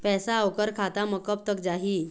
पैसा ओकर खाता म कब तक जाही?